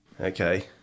Okay